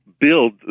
build